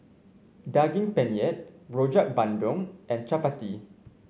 Daging Penyet Rojak Bandung and chappati